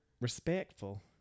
respectful